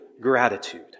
gratitude